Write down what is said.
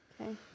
Okay